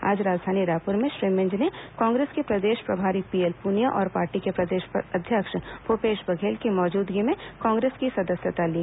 आज राजधानी रायपुर में श्री मिंज ने कांग्रेस के प्रदेश प्रभारी पीएल पुनिया और पार्टी के प्रदेश अध्यक्ष भूपेश बघेल की मौजूदगी में कांग्रेस की सदस्यता ली